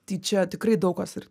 tik čia tikrai daug kas ir